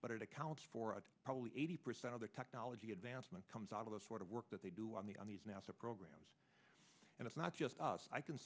but it accounts for a probably eighty percent of the technology advancement comes out of the sort of work that they do on the on these nasa programs and it's not just us i can